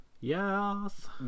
yes